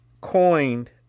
coined